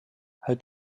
halt